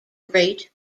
great